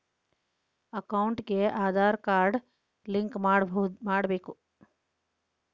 ಅಕೌಂಟಿಗೆ Aadhaar card link ಮಾಡಿಸಬೇಕು?